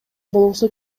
болгусу